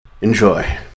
Enjoy